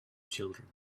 children